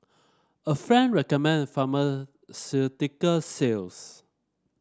a friend recommend pharmaceutical sales